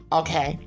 okay